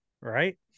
Right